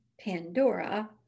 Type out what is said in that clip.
Pandora